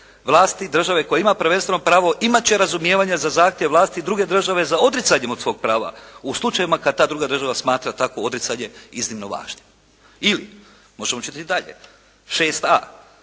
Vlasti države koja ima prvenstveno pravo imat će razumijevanja za zahtjev vlasti druge države za odricanjem od svog prav u slučajevima kada ta druga država smatra takvo odricanje iznimno važnim." Ili možemo čitati dalje,